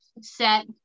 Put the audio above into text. set